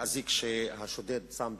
מהאזיק שהשודד שם בידיו,